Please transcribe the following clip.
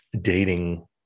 dating